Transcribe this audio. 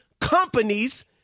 companies